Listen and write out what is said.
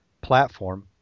platform